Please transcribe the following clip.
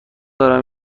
دارم